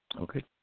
Okay